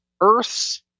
Earth's